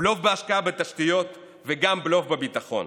בלוף בהשקעה בתשתיות וגם בלוף בביטחון.